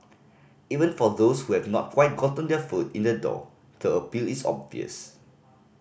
even for those who have not quite gotten their foot in the door the appeal is obvious